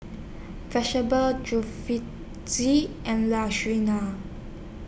and